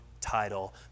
title